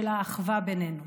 של אחווה בינינו.